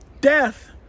death